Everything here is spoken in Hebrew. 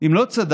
אם לא צדקת,